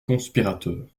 conspirateurs